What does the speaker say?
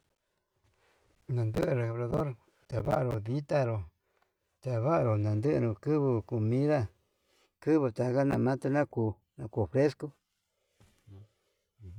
Nandere obrador tevanro ditanró tenavanuu nandenu kiuvuu comida, ndungu tangana ndakuna kuu niko'o fresco.